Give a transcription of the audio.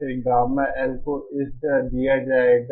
फिर गामाL को इस तरह दिया जाएगा